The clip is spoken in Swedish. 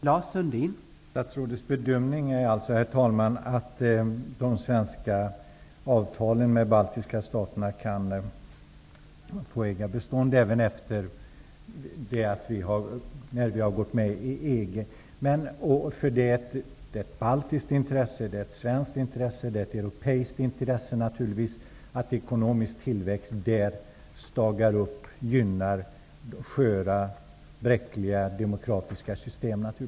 Herr talman! Statsrådets bedömning är alltså att de svenska avtalen med de baltiska staterna kan få äga bestånd även efter det att vi gått med i EG. Det är alltså ett baltiskt intresse, ett svenskt intresse och, naturligtvis, ett europeiskt intresse att ekonomisk tillväxt stagar upp och gynnar sköra och bräckliga demokratiska system.